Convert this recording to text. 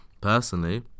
personally